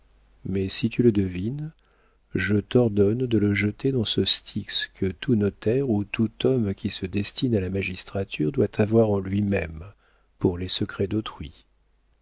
mais si tu le devines je t'ordonne de le jeter dans ce styx que tout notaire ou tout homme qui se destine à la magistrature doit avoir en lui-même pour les secrets d'autrui